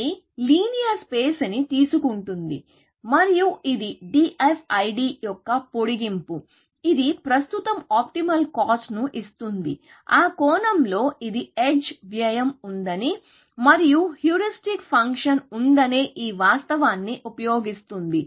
ఇది linear space ని తీసుకుంటుంది మరియు ఇది DFID యొక్క పొడిగింపు ఇది ప్రస్తుతం ఆప్టిమల్ కాస్ట్ ను ఇస్తుంది ఆ కోణంలో ఇది ఎడ్జ్ వ్యయం ఉందని మరియు హ్యూరిస్టిక్ ఫంక్షన్ ఉందనే ఈ వాస్తవాన్ని ఉపయోగిస్తుంది